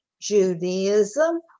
Judaism